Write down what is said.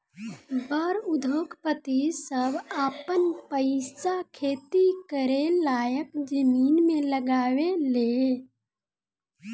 बड़ उद्योगपति सभ आपन पईसा खेती करे लायक जमीन मे लगावे ले